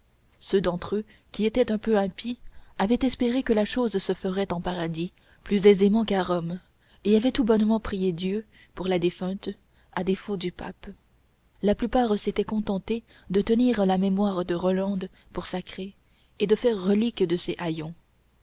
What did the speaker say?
ceux d'entre eux qui étaient un peu impies avaient espéré que la chose se ferait en paradis plus aisément qu'à rome et avaient tout bonnement prié dieu pour la défunte à défaut du pape la plupart s'étaient contentés de tenir la mémoire de rolande pour sacrée et de faire reliques de ses haillons